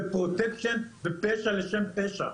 פרוטקשן ופשע לשם פשע,